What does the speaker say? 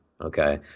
Okay